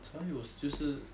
所以我就是